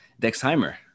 dexheimer